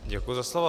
Děkuji za slovo.